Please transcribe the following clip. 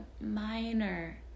minor